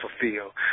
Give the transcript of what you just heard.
fulfill